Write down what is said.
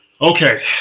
okay